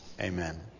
Amen